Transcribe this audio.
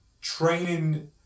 Training